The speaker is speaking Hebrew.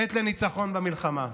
עת לניצחון במלחמה.